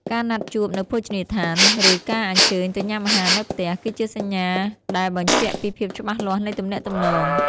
ការណាត់ជួបនៅភោជនីយដ្ឋាន ឬ ការអញ្ជើញទៅញ៉ាំអាហារនៅផ្ទះ គឺជាសញ្ញាដែលបញ្ជាក់ពីភាពច្បាស់លាស់នៃទំនាក់ទំនង។